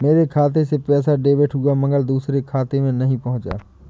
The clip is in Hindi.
मेरे खाते से पैसा डेबिट हुआ मगर दूसरे खाते में नहीं पंहुचा